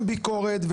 ביקורת,